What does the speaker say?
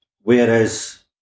whereas